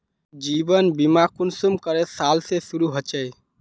जीवन बीमा कुंसम करे साल से शुरू होचए?